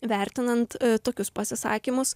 vertinant tokius pasisakymus